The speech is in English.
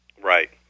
Right